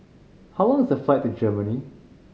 how long is the flight to Germany